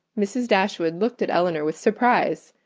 mrs. dashwood looked at elinor with surprise.